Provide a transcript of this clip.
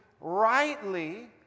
rightly